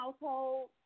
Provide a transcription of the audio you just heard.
household